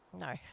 No